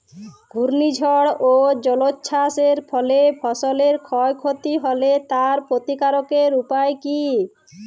ঘূর্ণিঝড় ও জলোচ্ছ্বাস এর ফলে ফসলের ক্ষয় ক্ষতি হলে তার প্রতিকারের উপায় কী?